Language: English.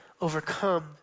overcome